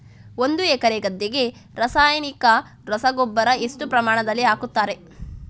ಒಂದು ಎಕರೆ ಗದ್ದೆಗೆ ರಾಸಾಯನಿಕ ರಸಗೊಬ್ಬರ ಎಷ್ಟು ಪ್ರಮಾಣದಲ್ಲಿ ಹಾಕುತ್ತಾರೆ?